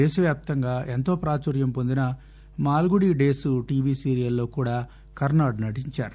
దేశవ్యాప్తంగా ఎంతో ప్రాచుర్యం పొందిన మాల్గుడి డేస్ టీవీ సీరియల్ లో కూడా కర్పాడ్ నటించారు